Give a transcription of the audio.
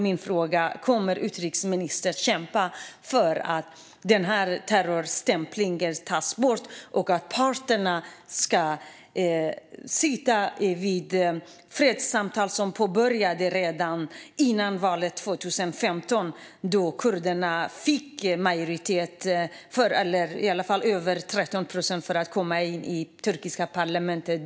Min fråga är: Kommer utrikesministern att kämpa för att denna terrorstämpling tas bort och för att parterna ska sitta i fredssamtal? Samtalen påbörjades redan före valet 2015, då kurderna fick majoritet - eller i alla fall över 13 procent, vilket var tillräckligt för att komma in i det turkiska parlamentet.